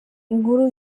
inkuru